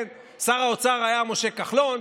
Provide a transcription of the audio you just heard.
שר האוצר היה משה כחלון,